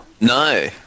No